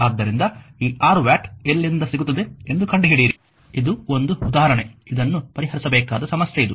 ಆದ್ದರಿಂದ ಈ 6 ವ್ಯಾಟ್ ಎಲ್ಲಿಂದ ಸಿಗುತ್ತದೆ ಎಂದು ಕಂಡುಹಿಡಿಯಿರಿ ಇದು ಒಂದು ಉದಾಹರಣೆ ಇದನ್ನು ಪರಿಹರಿಸಬೇಕಾದ ಸಮಸ್ಯೆ ಇದು